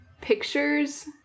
pictures